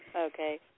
Okay